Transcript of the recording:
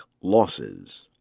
losses